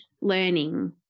learning